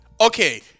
Okay